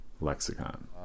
Lexicon